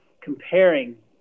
comparing